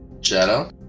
Shadow